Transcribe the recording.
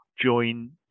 Join